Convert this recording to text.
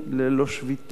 ללא שביתות,